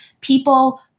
people